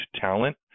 talent